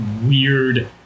weird